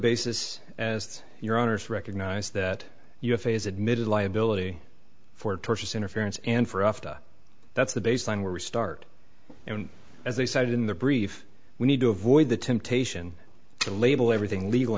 basis as your owners recognize that you have phase admitted liability for tortious interference and for us that's the baseline where we start and as they said in the brief we need to avoid the temptation to label everything legal